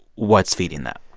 what's feeding that?